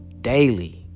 Daily